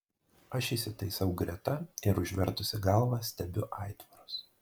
aš įsitaisau greta ir užvertusi galvą stebiu aitvarus